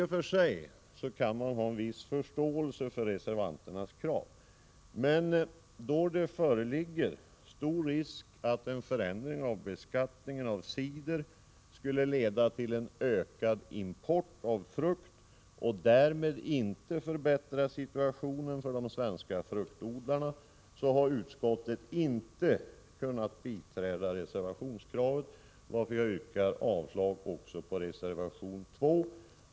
I och för sig kan man ha en viss förståelse för reservanternas krav, men då det föreligger stor risk att en förändring av beskattningen av cider skulle leda till en ökad import av frukt och därmed inte förbättra situationen för de svenska fruktodlarna har utskottet inte kunnat biträda reservationskravet, varför jag yrkar avslag också på reservation nr 2.